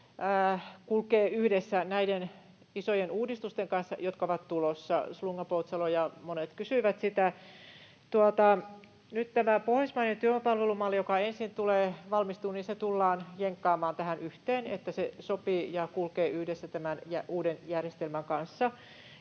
kulkee yhdessä näiden isojen uudistusten kanssa, jotka ovat tulossa — Slunga-Poutsalo ja monet kysyivät sitä. Nyt tämä pohjoismainen työvoimapalvelumalli, joka ensin valmistuu, tullaan jenkkaamaan tähän yhteen, että se sopii ja kulkee yhdessä tämän uuden järjestelmän kanssa.